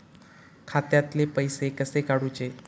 खात्यातले पैसे कसे काडूचे?